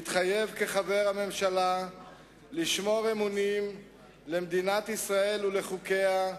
מתחייב כחבר הממשלה לשמור אמונים למדינת ישראל ולחוקיה,